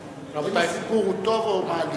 רבותי, האם הסיפור הוא טוב או מעליב?